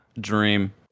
Dream